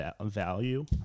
value